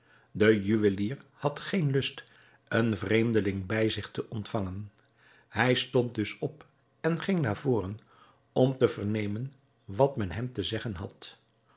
de juwelier had geen lust een vreemdeling bij zich te ontvangen hij stond dus op en ging naar voren om te vernemen wat men hem te zeggen had